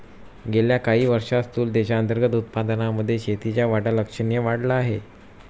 गेल्या काही वर्षांत स्थूल देशांतर्गत उत्पादनामध्ये शेतीचा वाटा लक्षणीय वाढला आहे